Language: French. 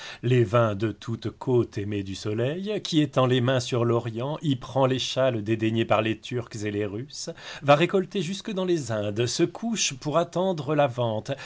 les vins de toute côte aimée du soleil qui étend les mains sur l'orient y prend les châles dédaignés par les turcs et les russes va récolter jusque dans les indes se couche pour attendre la vente